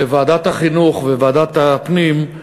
בוועדת החינוך ובוועדת הפנים,